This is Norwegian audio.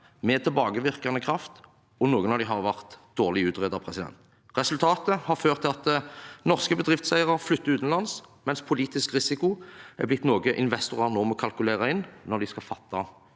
med tilbakevirkende kraft, og noen av dem har vært dårlig utredet. Resultatet er at norske bedriftseiere flytter utenlands, mens politisk risiko er blitt noe investorer nå må kalkulere inn når de skal fatte